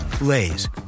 Lay's